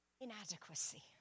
Inadequacy